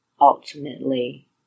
ultimately